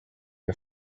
her